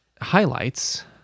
highlights